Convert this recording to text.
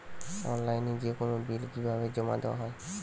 অনলাইনে যেকোনো বিল কিভাবে জমা দেওয়া হয়?